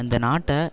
அந்த நாட்டை